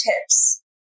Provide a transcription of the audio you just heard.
tips